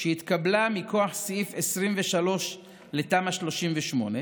שהתקבלה מכוח סעיף 23 לתמ"א 38,